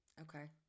Okay